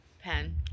Pen